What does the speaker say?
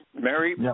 Mary